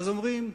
אז אומרים: